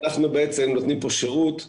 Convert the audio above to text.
אנחנו בעצם נותנים כאן שירות למשרד.